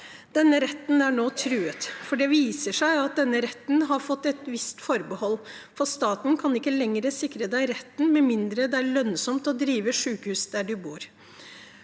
Denne retten er nå truet, for det viser seg at denne retten har fått et visst forbehold. Staten kan ikke lenger sikre den retten, med mindre det er lønnsomt å drive sykehus der folk bor.